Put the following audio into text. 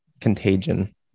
contagion